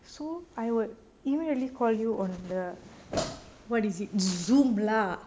so I would immediately call you on the what is it zoom lah